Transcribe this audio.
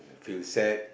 feel sad